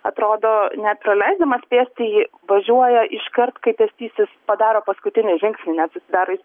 atrodo net praleisdamas pėstįjį važiuoja iškart kai pėstysis padaro paskutinį žingsnį nes jis dar